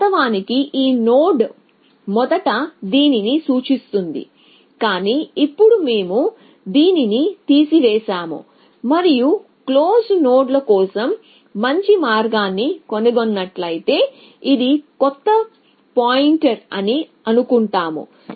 వాస్తవానికి ఈ నోడ్ మొదట దీనిని సూచిస్తుంది కానీ ఇప్పుడు మేము దీనిని తీసివేసాము మరియు క్లోజ్ నోడ్ల కోసం మంచి మార్గాన్ని కనుగొన్నట్లయితే ఇది కొత్త పాయింటర్ అని అనుకుంటాము